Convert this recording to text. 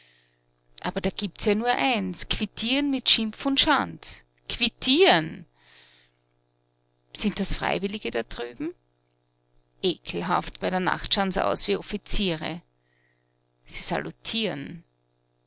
aber da gibt's ja nur eins quittieren mit schimpf und schand quittieren sind das freiwillige da drüben ekelhaft bei der nacht schau'n sie aus wie offiziere sie salutieren